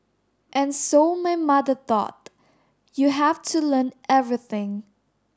and so my mother thought you have to learn everything